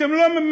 אתם לא מפנימים?